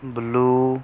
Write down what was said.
blue